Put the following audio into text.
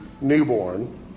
newborn